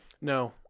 No